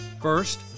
First